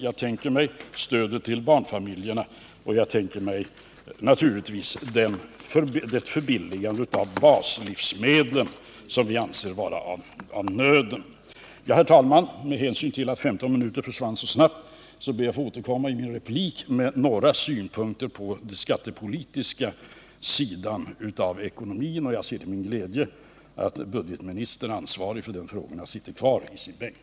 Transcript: Jag tänker på stödet till barnfamiljerna och naturligtvis på det förbilligande av baslivsmedlen som vi anser vara av nöden. Herr talman! Med hänsyn till att 15 minuter gick så fort ber jag att i en replik få återkomma med några synpunkter på den skattepolitiska sidan av ekonomin. Jag ser till min glädje att budgetministern, som är ansvarig för dessa frågor, sitter kvar i sin bänk.